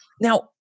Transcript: Now